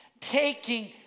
Taking